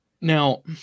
Now